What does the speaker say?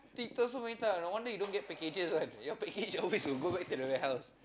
ding-dong so many times no wonder you don't get packages one your package will always go back to the warehouse